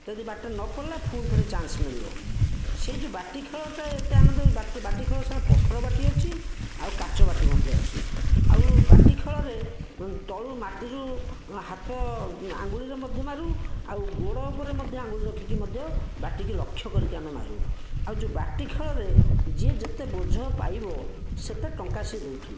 ଯଦି ବାଟି ଟା ନପଡ଼ିଲା ପୁଣି ଥରେ ଚାନ୍ସ ମିଳିବ ସେ ଯେଉଁ ବାଟି ଖେଳଟା ଏତେ ଆନନ୍ଦ ବାଟି ଖେଳ ବାଟି ପଥର ବାଟି ଅଛି ଆଉ କାଚ ବାଟି ମଧ୍ୟ ଅଛି ଆଉ ବାଟି ଖେଳରେ ତଳୁ ମାଟିରୁ ହାତ ଆଙ୍ଗୁଳିରେ ମଧ୍ୟ ମାରୁ ଆଉ ଗୋଡ଼ ଉପରେ ମଧ୍ୟ ଆଙ୍ଗୁଳି ରଖିକି ମଧ୍ୟ ବାଟି କି ଲକ୍ଷ୍ୟ କରିକି ଆମେ ମାରୁ ଆଉ ଯେଉଁ ବାଟି ଖେଳରେ ଯିଏ ଯେତେ ବୋଝ ପାଇବ ସେତେ ଟଙ୍କା ସେ ଦେଉଥିଲୁ